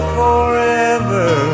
forever